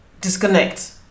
disconnect